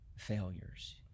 Failures